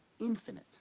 infinite